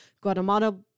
Guatemala